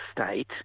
state